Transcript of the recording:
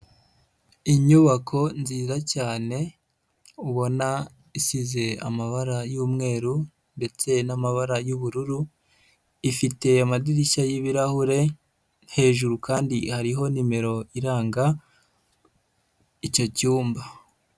Inyubako nziza cyane, ubona isize amabara y'umweru ndetse n'amabara y'ubururu, ifite amadirishya y'ibirahure, hejuru kandi hariho nimero iranga icyo cyumba.